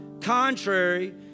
contrary